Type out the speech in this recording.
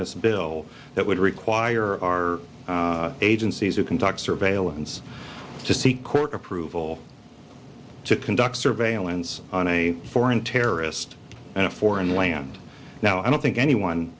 this bill that would require our agencies to conduct surveillance to see court approval to conduct surveillance on a foreign terrorist in a foreign land now i don't think anyone